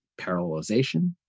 parallelization